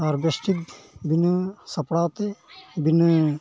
ᱟᱨ ᱵᱮᱥ ᱴᱷᱤᱠ ᱵᱤᱱᱟᱹ ᱥᱟᱯᱲᱟᱣ ᱛᱮ ᱵᱤᱱᱟᱹ